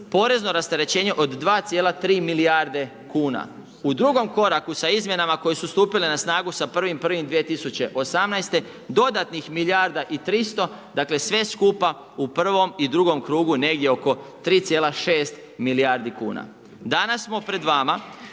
porezno rasterećenoj do 2,3 milijarde kuna. U drugom koraku sa izmjenama koje su stupile na snagu sa 1.1.2018., dodatnih milijarda i 300, dakle sve skupa u prvom i drugom krugu negdje oko 3,6 milijardi kuna. Danas smo pred vama